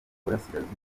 burasirazuba